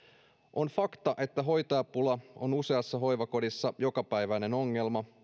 on fakta että hoitajapula on useassa hoivakodissa jokapäiväinen ongelma